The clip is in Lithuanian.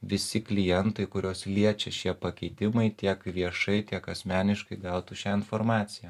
visi klientai kuriuos liečia šie pakeitimai tiek viešai tiek asmeniškai gautų šią informaciją